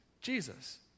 Jesus